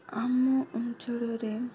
ଆମ ଅଞ୍ଚଳରେ